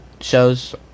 shows